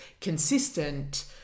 consistent